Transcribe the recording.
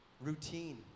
routine